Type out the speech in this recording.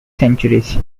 centuries